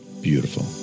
beautiful